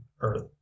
earth